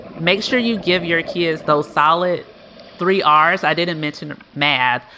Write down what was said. make sure you give your kids those solid three hours. i didn't mention math,